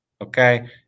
okay